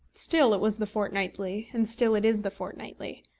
still it was the fortnightly, and still it is the fortnightly.